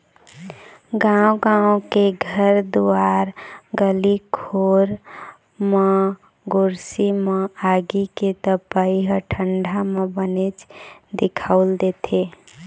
गाँव गाँव के घर दुवार गली खोर म गोरसी म आगी के तपई ह ठंडा म बनेच दिखउल देथे